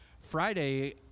Friday